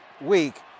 week